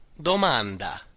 domanda